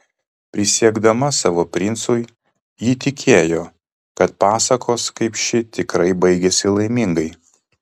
prisiekdama savo princui ji tikėjo kad pasakos kaip ši tikrai baigiasi laimingai